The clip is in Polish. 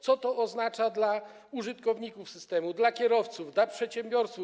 Co to oznacza dla użytkowników systemu, dla kierowców, dla przedsiębiorców?